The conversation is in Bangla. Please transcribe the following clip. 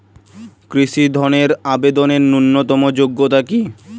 কৃষি ধনের আবেদনের ন্যূনতম যোগ্যতা কী?